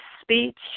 speech